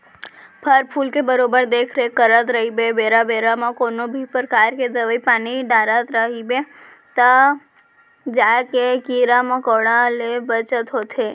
फर फूल के बरोबर देख रेख करत रइबे बेरा बेरा म कोनों भी परकार के दवई पानी डारत रइबे तव जाके कीरा मकोड़ा ले बचत होथे